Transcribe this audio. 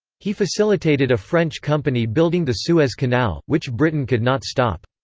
he facilitated a french company building the suez canal, which britain could not stop.